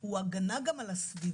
הוא הגנה גם על הסביבה.